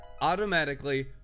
automatically